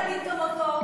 אולי תגיד גם אותו,